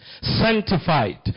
sanctified